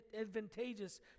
advantageous